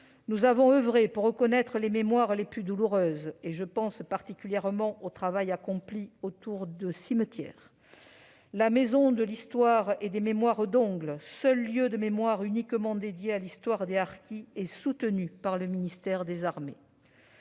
Nous avons oeuvré pour reconnaître les mémoires les plus douloureuses ; je pense particulièrement au travail accompli autour des cimetières. La maison d'histoire et de mémoire d'Ongles, seul lieu de mémoire uniquement dédié à l'histoire des harkis, est soutenue par le ministère des armées.